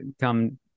come